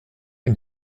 une